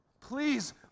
Please